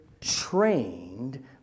trained